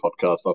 podcast